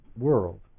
world